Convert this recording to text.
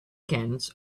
cans